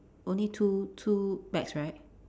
only two two bags right